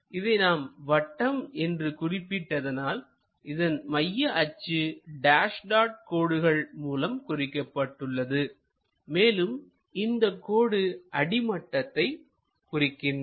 இதை நாம் வட்டம் என்று குறிப்பிட்டதனால்இதன் மைய அச்சு டேஸ் டாட் கோடுகள் மூலம் குறிக்கப்பட்டுள்ளது மேலும் இந்தக் கோடு அடிமட்டத்தை குறிக்கின்றது